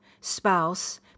spouse